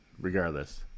regardless